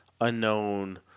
unknown